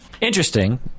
Interesting